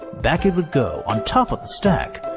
back it would go, on top of the stack.